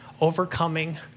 overcoming